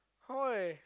!oi!